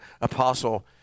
Apostle